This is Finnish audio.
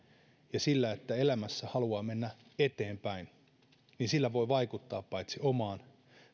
ja sillä että elämässä haluaa mennä eteenpäin voi vaikuttaa paitsi omaan